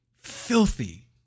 filthy